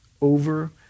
over